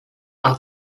are